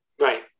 Right